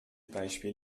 beispiel